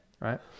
Right